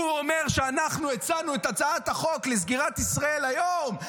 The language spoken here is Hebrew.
הוא אומר שאנחנו הצענו את הצעת החוק לסגירת ישראל היום,